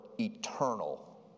eternal